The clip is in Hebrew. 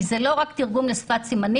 כי זה לא רק תרגום לשפת סימנים.